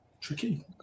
tricky